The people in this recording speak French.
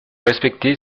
respecté